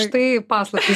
štai paslaptys